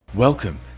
Welcome